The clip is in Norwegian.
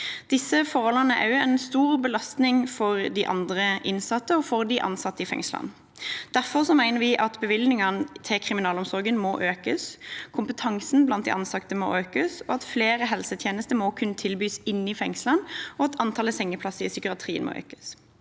Disse forholdene er også en stor belastning for de andre innsatte og de ansatte i fengslene. Derfor mener vi at bevilgningene til kriminalomsorgen må økes, at kompetansen blant de ansatte må styrkes, at flere helsetjenester må kunne tilbys inne i fengsel, og at antallet sengeplasser i psykiatrien må økes.